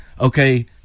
okay